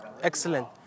Excellent